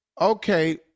Okay